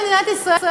במדינת ישראל,